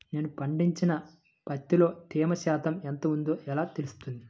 నేను పండించిన పత్తిలో తేమ శాతం ఎంత ఉందో ఎలా తెలుస్తుంది?